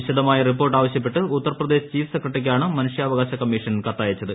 വിശദമായ റിപ്പോർട്ട് ആവശ്യപ്പെട്ട് ഉത്തർപ്രദേശ് ചീഫ് ്സെക്രട്ടറിക്കാണ് മനുഷ്യാവകാശ കമ്മീഷൻ കത്തയച്ചത്